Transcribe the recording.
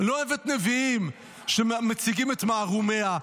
לא אוהבת נביאים שמציגים את מערומיה.